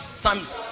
times